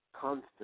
constant